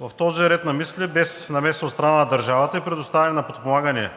В този ред на мисли без намеса от страна на държавата и предоставяне на подпомагане